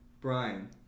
Brian